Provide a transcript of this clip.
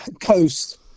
coast